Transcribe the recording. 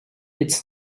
its